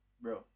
bro